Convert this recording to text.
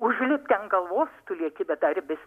užlipti ant galvos tu lieki bedarbis